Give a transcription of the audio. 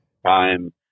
time